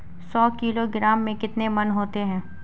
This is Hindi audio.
सौ किलोग्राम में कितने मण होते हैं?